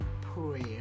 prayer